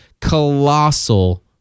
colossal